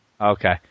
Okay